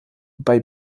bei